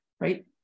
Right